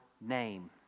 name